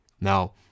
Now